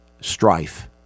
Strife